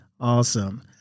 Awesome